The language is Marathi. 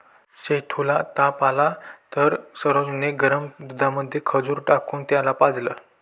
सेठू ला ताप आला तर सरोज ने गरम दुधामध्ये खजूर टाकून त्याला पाजलं